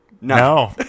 No